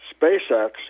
SpaceX